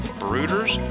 brooders